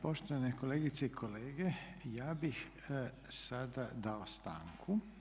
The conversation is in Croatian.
Poštovane kolegice i kolege, ja bih sada dao stanku.